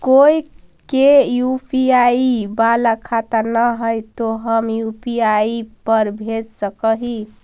कोय के यु.पी.आई बाला खाता न है तो हम यु.पी.आई पर भेज सक ही?